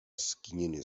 skinienie